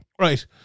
Right